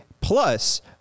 plus